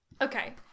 Okay